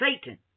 Satan